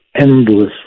Endlessly